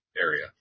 area